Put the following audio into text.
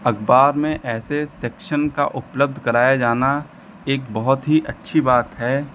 अखबार में ऐसे सेक्शन का उपलब्ध कराया जाना एक बहुत ही अच्छी बात है